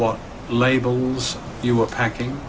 what labels you were packing